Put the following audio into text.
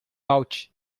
out